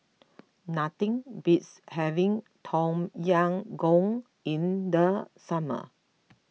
nothing beats having Tom Yam Goong in the summer